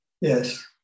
Yes